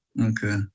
Okay